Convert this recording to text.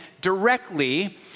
directly